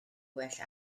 well